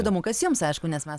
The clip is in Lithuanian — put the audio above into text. įdomu kas jiems aišku nes mes